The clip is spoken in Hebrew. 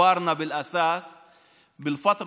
ושלום.